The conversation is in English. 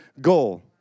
goal